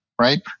right